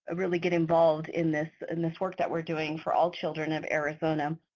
ah really get involved in this in this work that we're doing for all children of arizona.